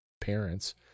parents